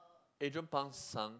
Adrian-Pang sung